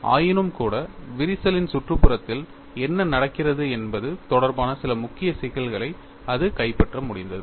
ஆயினும்கூட விரிசலின் சுற்றுப்புறத்தில் என்ன நடக்கிறது என்பது தொடர்பான சில முக்கிய சிக்கல்களை அது கைப்பற்ற முடிந்தது